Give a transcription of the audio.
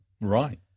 Right